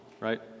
right